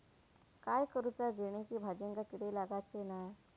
काय करूचा जेणेकी भाजायेंका किडे लागाचे नाय?